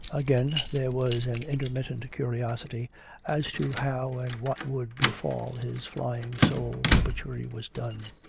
again, there was an intermittent curiosity as to how and what would befall his flying soul when the butchery was done.